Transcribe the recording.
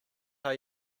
are